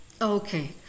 Okay